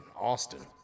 Austin